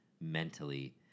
mentally